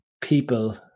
people